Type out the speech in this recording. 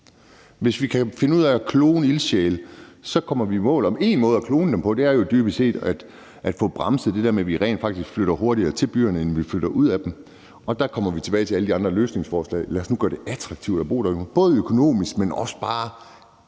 Hvis vi kan finde ud af at klone ildsjæle, kommer vi i mål. Og en måde at klone dem på er jo dybest set at få bremset det der med, at vi rent faktisk flytter hurtigere til byerne, end vi flytter ud af dem. Og der kommer vi tilbage til alle de andre løsningsforslag. Lad os nu gøre det attraktivt at bo derude, både økonomisk, men også bare